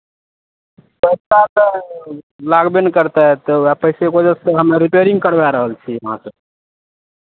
पैसा तऽ लागबे ने करतै तऽ उएह पैसेके वजहसँ हम्मे रिपेयरिंग करवाय रहल छी अहाँसँ